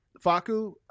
Faku